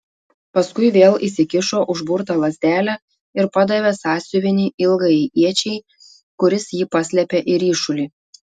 paskui vėl įsikišo užburtą lazdelę ir padavė sąsiuvinį ilgajai iečiai kuris jį paslėpė į ryšulį